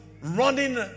running